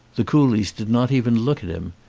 the coolies did not even look at him,